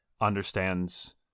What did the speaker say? understands